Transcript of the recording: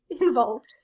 involved